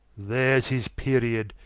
there's his period,